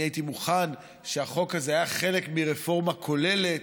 הייתי מוכן שהחוק הזה יהיה חלק מרפורמה כוללת,